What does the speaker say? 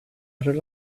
rely